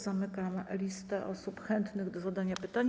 Zamykam listę osób chętnych do zadania pytania.